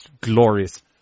glorious